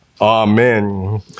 Amen